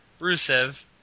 Rusev